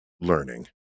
learning